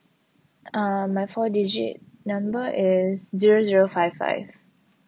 uh my four digit number is zero zero five five